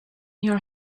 your